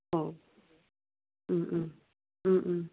औ